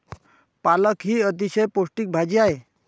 पालक ही अतिशय पौष्टिक भाजी आहे